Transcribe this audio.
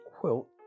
quilt